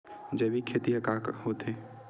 जैविक खेती ह का होथे?